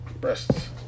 Breasts